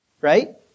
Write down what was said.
Right